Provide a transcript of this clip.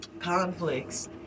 conflicts